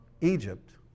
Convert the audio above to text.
Egypt